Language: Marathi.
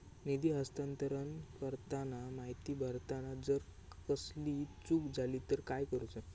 निधी हस्तांतरण करताना माहिती भरताना जर कसलीय चूक जाली तर काय करूचा?